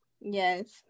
yes